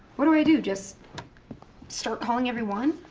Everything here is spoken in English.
what do i do, just start calling every one?